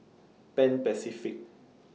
Pan Pacific